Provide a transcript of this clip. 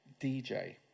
DJ